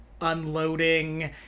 unloading